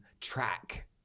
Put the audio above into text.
track